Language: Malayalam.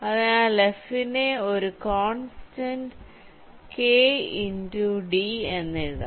അതിനാൽ F നെ ഒരു കോൺസ്റ്റന്റ് k ഇന്റു d എന്ന് എഴുതാം